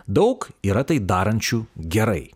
daug yra tai darančių gerai